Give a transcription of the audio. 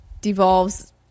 devolves